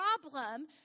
problem